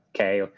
okay